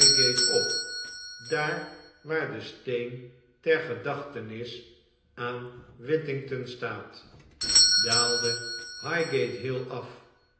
op daar waar de steen ter gedach tenis van whittington staat daalde highgatei h i